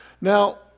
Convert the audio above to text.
Now